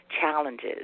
challenges